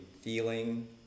feeling